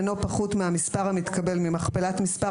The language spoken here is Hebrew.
אינו פחות מהמספר המתקבל ממכפלת מספר